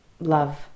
love